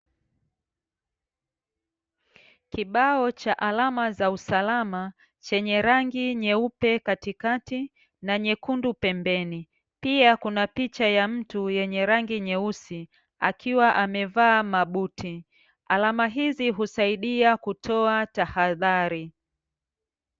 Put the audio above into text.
Kibao cha alama za usalama chenye rangi nyeupe katikati, na nyekundu pembeni. Pia kuna picha ya mtu yenye rangi nyeusi akiwa amevaa mabuti, alama hizi husaidia kutoa tahadhari.